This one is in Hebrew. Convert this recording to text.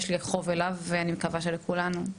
יש לי חוב אליו ואני מקווה שלכולנו.